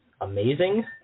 amazing